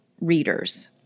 readers